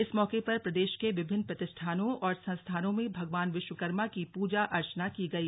इस मौके पर प्रदेश के विभिन्न प्रतिष्ठानों और संस्थानों में भगवान विश्वकर्मा की पूजा अर्चना की गई